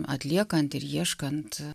atliekant ir ieškant